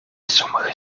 sommige